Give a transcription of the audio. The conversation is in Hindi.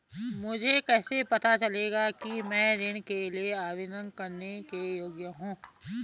मुझे कैसे पता चलेगा कि मैं ऋण के लिए आवेदन करने के योग्य हूँ?